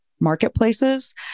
marketplaces